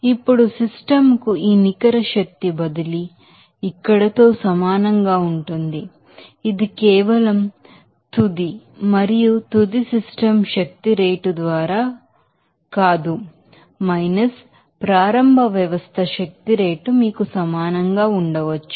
ఇప్పుడు సిస్టమ్ కు ఈ నికర శక్తి బదిలీ ఇక్కడ తో సమానంగా ఉంటుంది ఇది కేవలం తుది మరియు తుది సిస్టమ్ శక్తి రేటు ద్వారా కాదు ప్రారంభ వ్యవస్థ శక్తి రేటు మీకు సమానంగా ఉండవచ్చు